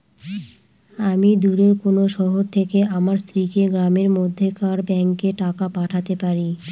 আমি দূরের কোনো শহর থেকে আমার স্ত্রীকে গ্রামের মধ্যেকার ব্যাংকে টাকা পাঠাতে পারি?